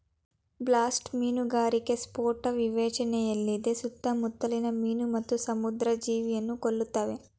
blast ಮೀನುಗಾರಿಕೆ ಸ್ಫೋಟ ವಿವೇಚನೆಯಿಲ್ಲದೆ ಸುತ್ತಮುತ್ಲಿನ ಮೀನು ಮತ್ತು ಸಮುದ್ರ ಜೀವಿಯನ್ನು ಕೊಲ್ತವೆ